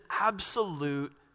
absolute